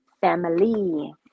family